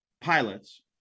pilots